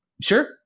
Sure